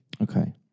Okay